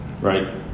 right